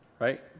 right